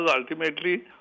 ultimately